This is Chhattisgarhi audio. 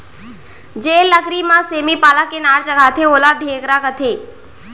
जेन लकरी म सेमी पाला के नार चघाथें ओला ढेखरा कथें